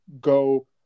go